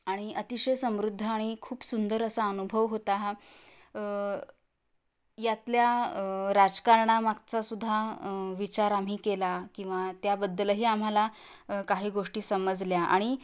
आणि अतिशय समृद्ध आणि खूप सुंदर असा अनुभव होता हा यातल्या राजकारणामागचा सुद्धा विचार आम्ही केला किंवा त्याबद्दलही आम्हाला काही गोष्टी समजल्या आणि